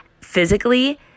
physically